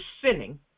sinning